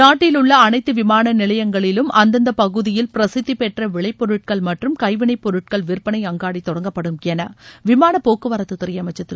நாட்டிலுள்ள அனைத்து விமான நிலையங்களிலும் அந்தந்தப் பகுதியில் பிரசித்திபெற்ற பிளைபொருட்கள் மற்றும் கைவினைப்பொருட்கள் விற்பனை அங்காடி தொடங்கப்படும் என விமானப்போக்குவரத்துத்துறை அமைச்சர் திரு